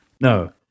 No